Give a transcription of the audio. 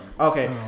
Okay